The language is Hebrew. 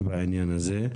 הזה,